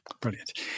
Brilliant